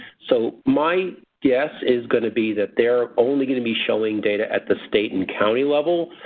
so my guess is going to be that they're only going to be showing data at the state and county level.